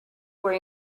were